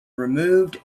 removed